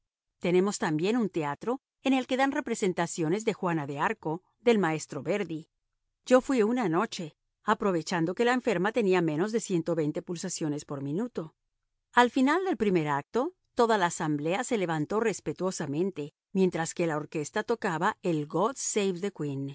tenemos también un teatro en el que dan representaciones de juana de arco del maestro verdi yo fui una noche aprovechando que la enferma tenía menos de pulsaciones por minuto al final del primer acto toda la asamblea se levantó respetuosamente mientras que la orquesta tocaba el god